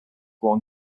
born